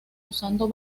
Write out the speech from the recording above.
usando